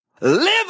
live